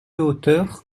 hauteur